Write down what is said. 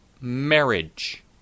marriage